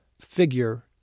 figure